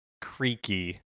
creaky